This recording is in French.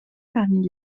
parmi